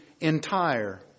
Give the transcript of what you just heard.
entire